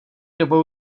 dobou